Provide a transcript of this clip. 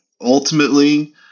ultimately